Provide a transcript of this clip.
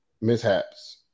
mishaps